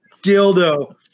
dildo